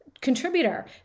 contributor